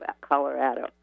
Colorado